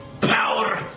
power